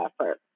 effort